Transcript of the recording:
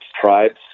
tribes